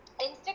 Instagram